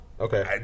Okay